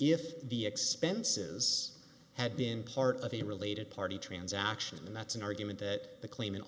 if the expenses had been part of a related party transactions and that's an argument that the cl